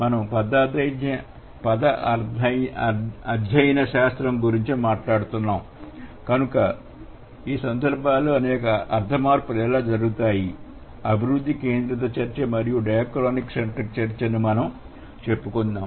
మనం పద అధ్యయన శాస్త్రము గురించి మాట్లాడుతున్నాం కనుక సందర్భములో అర్థమార్పులు ఎలా జరుగుతాయి అభివృద్ధి కేంద్రిత చర్చ మరియు డయాక్రానిక్ సెంట్రిక్ చర్చ ను మనం చెప్పుకుందాం